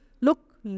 Look